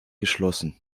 geschlossen